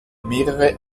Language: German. mehrere